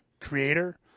creator